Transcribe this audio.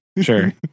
Sure